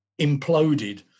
imploded